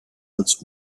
als